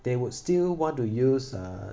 they would still want to use uh